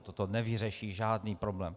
To nevyřeší žádný problém.